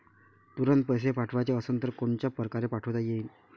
तुरंत पैसे पाठवाचे असन तर कोनच्या परकारे पाठोता येईन?